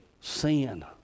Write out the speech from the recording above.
sin